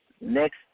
next